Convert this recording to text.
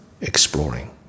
exploring